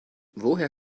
woher